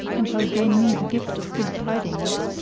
and shall gain me the gift of good tidings.